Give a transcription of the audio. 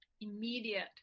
immediate